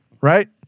right